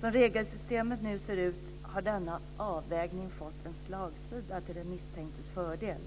Som regelsystemet ser ut har denna avvägning nu fått en slagsida till den misstänktes fördel.